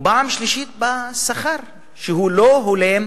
ופעם שלישית בשכר שהוא לא הולם את